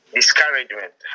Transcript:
Discouragement